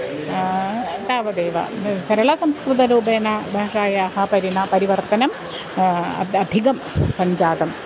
तावदेव सरलसंस्कृतरूपेण भाषायाः परिणामः परिवर्तनं अत अधिकं सञ्जातम्